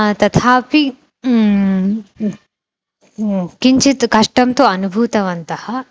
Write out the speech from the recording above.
तथापि किञ्चित् कष्टं तु अनुभूतवन्तः